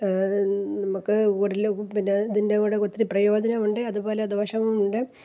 നമുക്ക് പിന്നെ ഇതിൻ്റെ കൂടെ ഒത്തിരി പ്രയോജനമുണ്ട് അതുപോലെ ദോഷവുമുണ്ട്